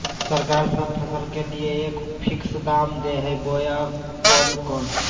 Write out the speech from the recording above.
सरकार सब फसल के लिए एक फिक्स दाम दे है बोया कोनो कोनो?